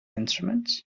instruments